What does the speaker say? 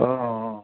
অঁ